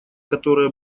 которое